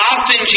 Often